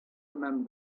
remember